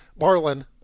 Marlin